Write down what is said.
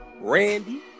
Randy